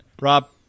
rob